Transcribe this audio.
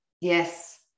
yes